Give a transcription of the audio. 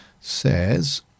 Says